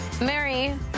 Mary